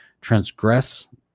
transgress